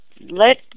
let